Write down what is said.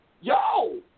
yo